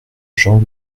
jean